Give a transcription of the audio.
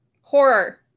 horror